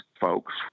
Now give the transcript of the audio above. folks